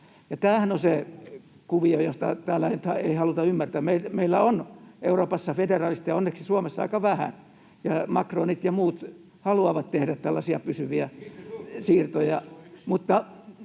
Tämähän on se kuvio, jota täällä ei haluta ymmärtää. Meillä on Euroopassa federalisteja — onneksi Suomessa aika vähän — ja macronit ja muut haluavat tehdä tällaisia pysyviä siirtoja,